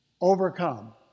overcome